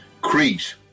Crete